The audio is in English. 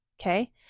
Okay